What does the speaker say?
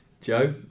Joe